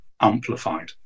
amplified